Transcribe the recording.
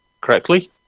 correctly